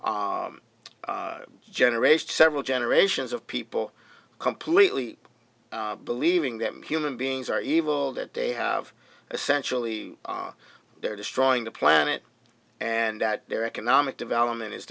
generation several generations of people completely believing that human beings are evil that they have essentially they're destroying the planet and that their economic development is